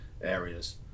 areas